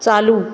चालू